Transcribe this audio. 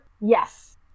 Yes